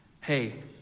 hey